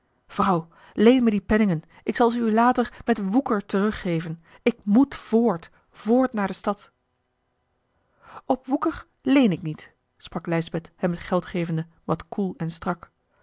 leen me die penningen ik zal ze u later met woeker teruggeven ik moet voort voort naar de stad op woeker leene ik niet sprak lijsbeth hem het geld gevende wat koel en strak